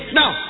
now